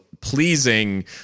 pleasing